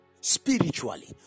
Spiritually